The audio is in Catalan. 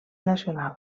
nacional